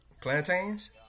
Plantains